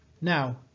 Now